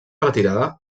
retirada